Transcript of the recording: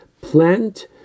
plant